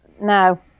No